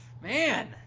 Man